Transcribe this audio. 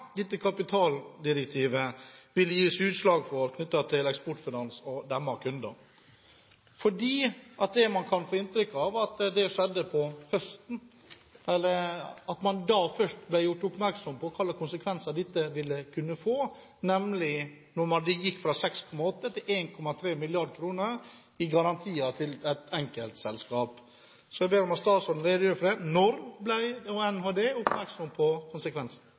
dette kapitaldirektivet ville gi, knyttet til Eksportfinans og deres kunder? For man kan få inntrykk av at det skjedde på høsten – eller at man da først ble gjort oppmerksom på hva slags konsekvenser dette ville kunne få, da man gikk fra 6,8 til 1,3 mrd. kr i garantier til et enkelt selskap. Jeg ber om at statsråden redegjør for når Nærings- og handelsdepartementet ble oppmerksom på konsekvensene